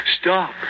stop